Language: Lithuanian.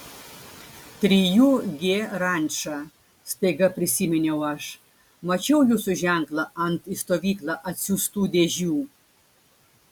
trijų g ranča staiga prisiminiau aš mačiau jūsų ženklą ant į stovyklą atsiųstų dėžių